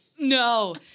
No